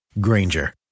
Granger